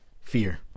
fear